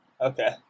Okay